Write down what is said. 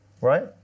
Right